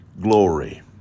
glory